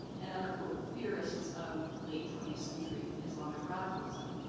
and other theorists of late twentieth century islamic radicalism.